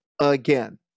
again